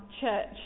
church